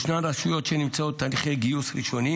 ישנן רשויות שנמצאות בתהליכי גיוס ראשוני